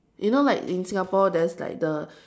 you know like in Singapore there's like the